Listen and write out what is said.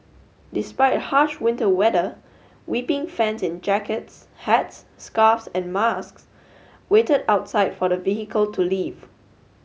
despite harsh winter weather weeping fans in jackets hats scarves and masks waited outside for the vehicle to leave